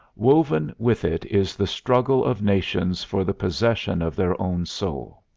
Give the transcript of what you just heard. woven with it is the struggle of nations for the possession of their own soul.